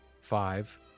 Five